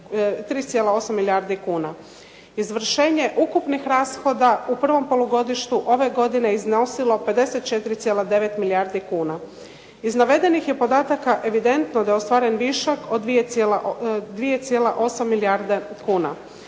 3,8 milijardi kuna. Izvršenje ukupnih rashoda u prvom polugodištu ove godine iznosilo 54,9 milijardi kuna. Iz navedenih je podataka evidentno da je ostvaren višak od 2,8 milijardi kuna.